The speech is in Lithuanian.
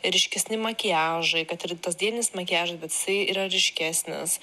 ryškesni makiažai kad ir tas dieninis makiažas bet jisai yra ryškesnis